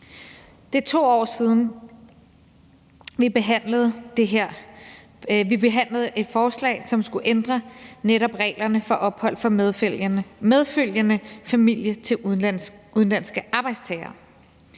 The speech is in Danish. Det er 2 år siden, at vi behandlede et forslag, som skulle ændre netop reglerne for ophold for medfølgende familie til udenlandske arbejdstagere.